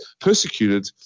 persecuted